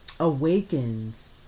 awakens